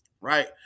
right